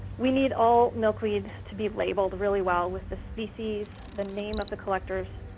we need all milkweed to be labeled really well with the species, the name of the collectors,